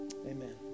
Amen